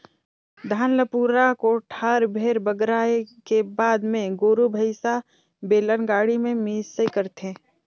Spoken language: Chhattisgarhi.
धान ल पूरा कोठार भेर बगराए के बाद मे गोरु भईसा, बेलन गाड़ी में मिंसई करथे